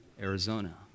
Arizona